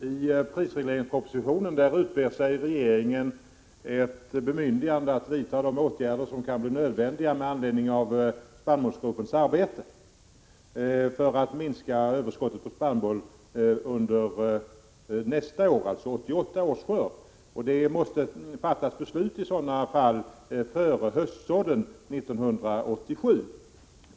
Herr talman! I prisregleringspropositionen utber sig regeringen ett bemyndigande att vidta de åtgärder som med anledning av spannmålsgruppens arbete kan bli nödvändiga för att minska överskotten på spannmål under nästa år, dvs. 1988 års skörd. I sådana fall måste beslut fattas före höstsådden 1987.